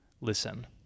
listen